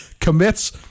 commits